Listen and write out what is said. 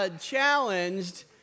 challenged